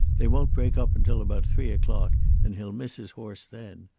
they won't break up until about three o'clock and he'll miss his horse then.